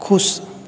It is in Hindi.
खुश